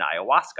ayahuasca